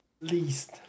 least